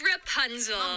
Rapunzel